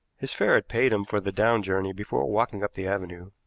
his fare had paid him for the down journey before walking up the avenue,